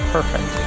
Perfect